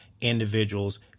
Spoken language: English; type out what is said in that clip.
individuals